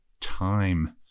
time